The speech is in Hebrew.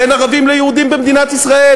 בין ערבים ליהודים במדינת ישראל.